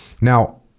Now